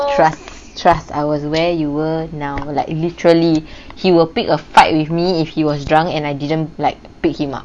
trust trust I was where you were now like literally he will pick a fight with me if he was drunk and I didn't like pick him up